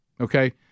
okay